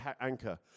anchor